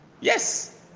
Yes